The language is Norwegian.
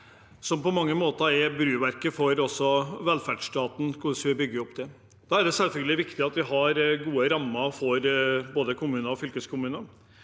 som på mange måter er bolverket for velferdsstaten og hvordan vi bygger den. Da er det viktig at vi har gode rammer for både kommuner og fylkeskommuner.